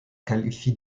qualifie